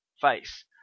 face